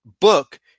book